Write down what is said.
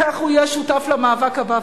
כך הוא יהיה שותף למאבק הבא,